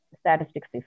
statistics